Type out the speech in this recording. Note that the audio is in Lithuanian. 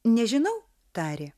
nežinau tarė